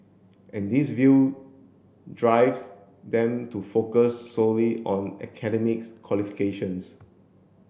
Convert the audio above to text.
and this view drives them to focus solely on academics qualifications